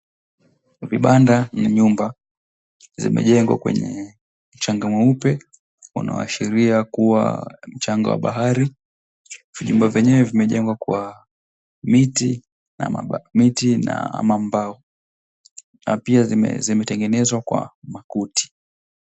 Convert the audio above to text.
Vibanda na nyumba vimejengwa kwenye mchanga mweupe inayoashiria kuwa ni mchanga wa bahari. Vijumba vyenyewe vimejengwa kwa mti na mambao na pia zimetengenezwa kwa makuti.